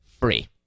free